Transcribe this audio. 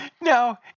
no